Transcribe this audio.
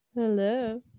hello